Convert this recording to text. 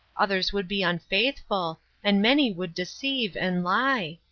others would be unfaithful and many would deceive, and lie.